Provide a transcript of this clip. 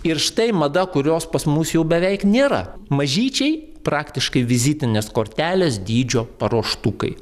ir štai mada kurios pas mus jau beveik nėra mažyčiai praktiškai vizitinės kortelės dydžio paruoštukai